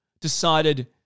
decided